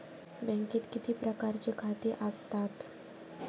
बँकेत किती प्रकारची खाती आसतात?